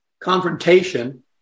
confrontation